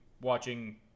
watching